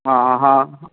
ആ ഹാ അ